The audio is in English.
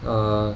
err